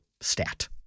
stat